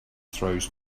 throws